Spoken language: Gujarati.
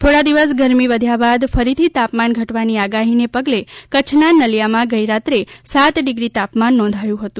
થોડા દિવસ ગરમી વધ્યા બાદ ફરીથી તાપમાન ઘટવાની આગાહી ને પગલે કચ્છ ના નલિયા માં ગઈ રાત્રે સાત ડિગ્રી તાપમાન નોંધાયું હતું